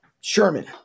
Sherman